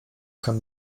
kann